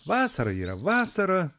vasara yra vasara